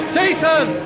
Jason